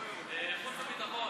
חוץ וביטחון.